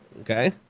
Okay